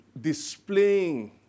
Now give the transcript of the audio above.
displaying